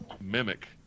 mimic